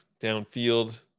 downfield